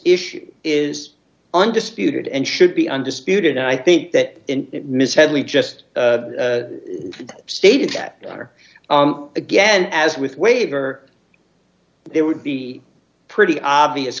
issue is undisputed and should be undisputed i think that miss hadley just stated that her again as with waiver there would be pretty obvious